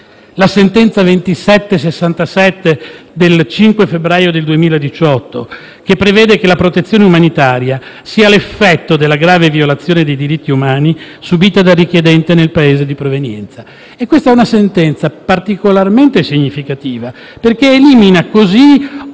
la sentenza n. 2767 del 5 febbraio del 2018, che prevede che la protezione umanitaria sia l'effetto della grave violazione dei diritti umani subita dal richiedente nel Paese di provenienza. Questa è una sentenza particolarmente significativa, perché elimina così